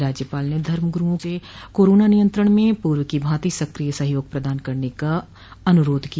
राज्यपाल ने धर्म गुरुओं से कोरोना नियंत्रण में पूर्व की भांति सक्रिय सहयोग प्रदान करने का अनुरोध किया